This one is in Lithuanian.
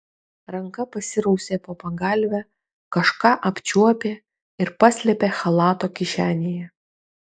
ranka pasirausė po pagalve kažką apčiuopė ir paslėpė chalato kišenėje